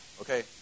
okay